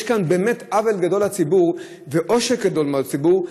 יש כאן באמת עוול גדול לציבור ועושק גדול מאוד של הציבור,